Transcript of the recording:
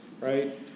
right